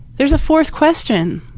there is a fourth question.